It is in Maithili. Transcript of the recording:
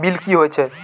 बील की हौए छै?